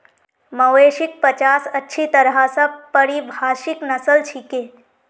मवेशिक पचास अच्छी तरह स परिभाषित नस्ल छिके